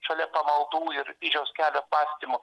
šalia pamaldų ir kryžiaus kelio apmąstymų